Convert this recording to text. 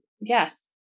yes